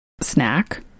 snack